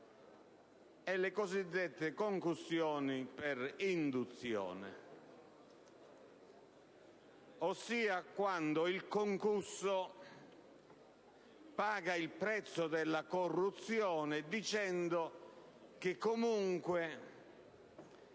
e le cosiddette concussioni per induzione, ossia quando il concusso paga il prezzo della corruzione dicendo che comunque